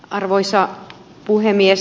arvoisa puhemies